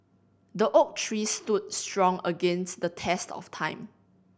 the oak tree stood strong against the test of time